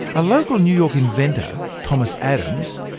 a local new york inventor, thomas adams,